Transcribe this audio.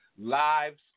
Lives